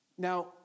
Now